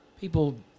people